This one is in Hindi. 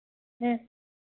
हाँ